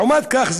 לעומת זאת,